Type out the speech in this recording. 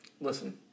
Listen